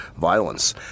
violence